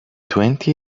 twenty